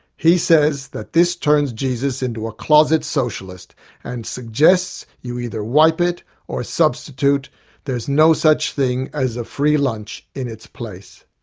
he says that this turns jesus into a closet socialist and he suggests you either wipe it or substitute there's no such thing as a free lunch in its place.